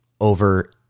over